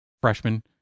freshman